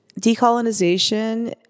Decolonization